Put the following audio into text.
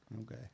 Okay